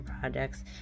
projects